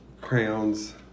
crowns